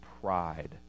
pride